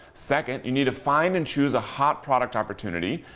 second, you need to find and choose a hot product opportunity.